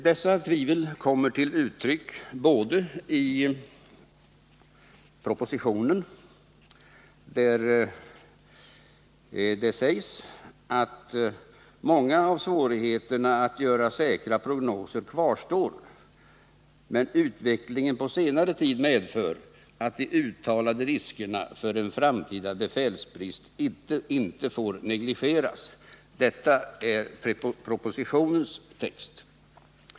Dessa tvivel kommer till uttryck också i propositionen, där det sägs: ”Många av svårigheterna att göra säkra prognoser kvarstår visserligen, men utvecklingen på senare tid medför att de uttalade riskerna för en framtida befälsbrist inte får negligeras.” Detta är propositionens text.